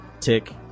Tick